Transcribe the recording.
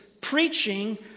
preaching